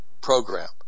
program